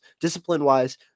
Discipline-wise